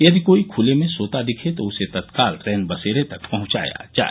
यदि कोई खुले में सोता दिखे तो उसे तत्काल रैन बसेरे तक पहुंचाया जाय